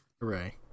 Hooray